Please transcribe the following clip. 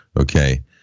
Okay